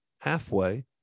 halfway